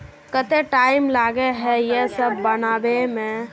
केते टाइम लगे है ये सब बनावे में?